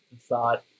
thought